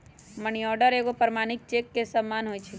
money order एगो प्रमाणिक cheque के समान होइ छै